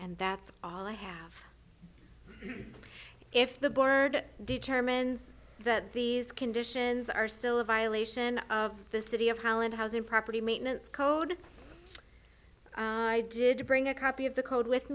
and that's all i have if the board determines that these conditions are still a violation of the city of holland house and property maintenance code i did bring a copy of the code with